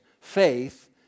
faith